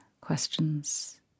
questions